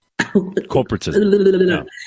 corporatism